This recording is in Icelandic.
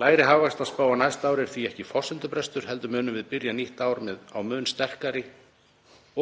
Lægri hagvaxtarspá á næsta ári er því ekki forsendubrestur heldur munum við byrja nýtt ár á mun sterkari